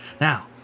Now